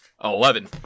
Eleven